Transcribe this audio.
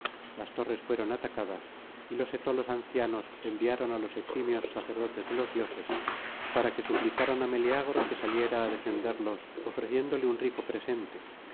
las torres fueron atacadas y los etolos ancianos enviaron á los eximios sacerdotes de los dioses para que suplicaran á meleagro que saliera á defenderlos ofreciéndole un rico presente